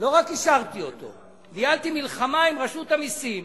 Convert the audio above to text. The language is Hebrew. לא רק אישרתי אותו, ניהלתי מלחמה עם רשות המסים,